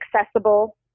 accessible